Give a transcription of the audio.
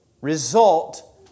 result